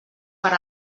per